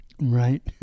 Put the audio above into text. Right